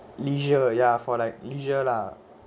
leisure ya for like leisure lah